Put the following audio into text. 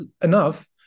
enough